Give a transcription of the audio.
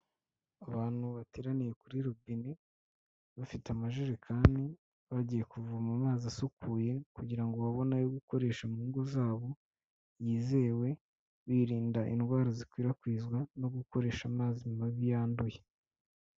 Abantu bateraniye kuri robine bafite amajerekani, bagiye kuvoma amazi asukuye, kugira ngo babone ayo gukoresha mu ngo zabo yizewe, birinda indwara zikwirakwizwa no gukoresha amazi mabi yanduye.